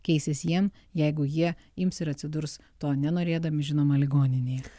keisis jiem jeigu jie ims ir atsidurs to nenorėdami žinoma ligonininėje